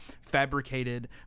fabricated